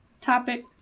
topic